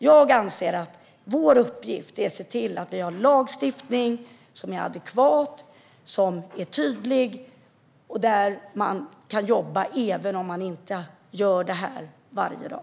Jag anser att vår uppgift är att se till att vi har lagstiftning som är adekvat och tydlig och som gör att man kan jobba även om man inte gör det här varje dag.